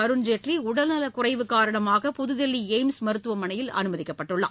அருண்ஜேட்லி உடல் நலக்குறைவு காரணமாக புதுதில்லி எய்ம்ஸ் மருத்துவமனையில் அனுமதிக்கப்பட்டுள்ளார்